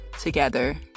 together